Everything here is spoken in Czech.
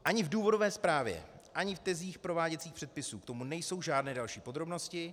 Ani v důvodové zprávě ani v tezích prováděcích předpisů k tomu nejsou žádné další podrobnosti.